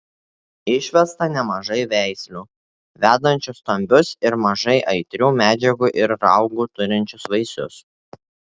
išvesta nemažai veislių vedančių stambius ir mažai aitrių medžiagų ir raugų turinčius vaisius